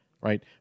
right